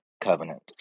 covenant